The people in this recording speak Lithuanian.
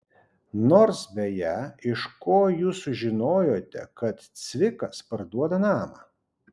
nors beje iš ko jūs sužinojote kad cvikas parduoda namą